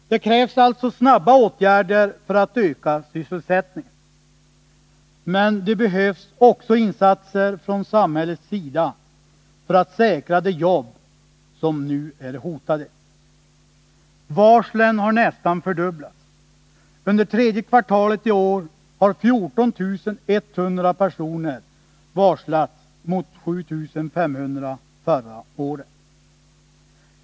Det krävs alltså snabba åtgärder för att öka sysselsättningen. Men det behövs också insatser från samhällets sida för att säkra de jobb som nu är hotade. Varslen har nästan fördubblats. Under tredje kvartalet i år har 14 100 personer varslats mot 7 500 förra året.